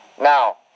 Now